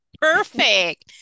Perfect